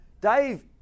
Dave